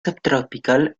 subtropical